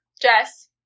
Jess